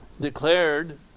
declared